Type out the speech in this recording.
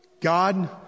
God